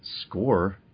Score